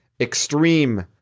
extreme